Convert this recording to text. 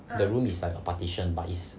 the room is like a partition but is